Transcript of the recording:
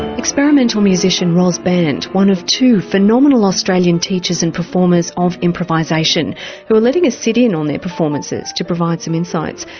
experimental musician ros bandt, one of two phenomenal australian teachers and performers of improvisation who are letting us sit in on their performances to provide some insights.